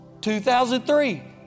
2003